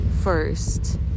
first